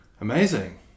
Amazing